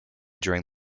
during